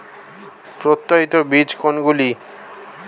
প্রত্যায়িত বীজ কোনগুলি?